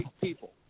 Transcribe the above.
people